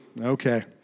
Okay